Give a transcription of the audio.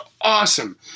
awesome